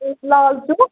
بیٚیہِ لال چوک